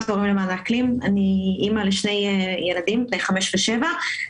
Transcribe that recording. אני אימא לשני ילדים, בני חמש ושבע.